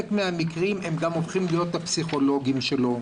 מהמקרים הם גם הופכים להיות הפסיכולוגים שלו,